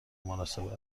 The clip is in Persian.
مناسب